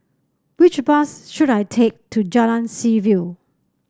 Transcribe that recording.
which bus should I take to Jalan Seaview